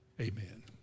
Amen